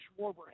Schwarber